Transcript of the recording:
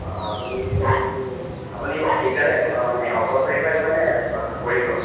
অঁ আপুনি আপুনি ছিংগেল আহিব মানে অকলশৰীয়াকৈ আহিবনে পৰিয়ালৰ লগত